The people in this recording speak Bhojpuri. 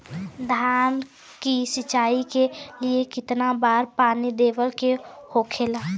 धान की सिंचाई के लिए कितना बार पानी देवल के होखेला?